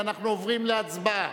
ואנחנו עוברים להצבעה.